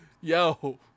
Yo